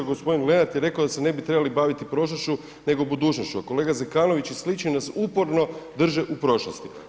Gospodin Lenart je rekao da se ne bi trebali baviti prošlošću nego budućnošću, a kolega Zekanović i slični nas uporno drže u prošlosti.